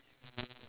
ya